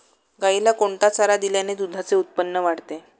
गाईला कोणता चारा दिल्याने दुधाचे उत्पन्न वाढते?